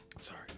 Sorry